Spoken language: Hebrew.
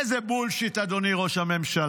איזה בולשיט, אדוני ראש הממשלה.